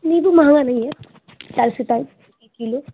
नींबू महंगा नहीं है चालीस रुपये पाव किलो